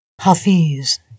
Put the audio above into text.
Hafiz